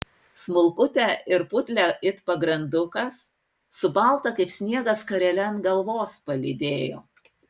smulkutę ir putlią it pagrandukas su balta kaip sniegas skarele ant galvos palydėjo